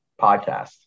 podcast